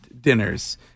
dinners